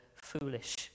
Foolish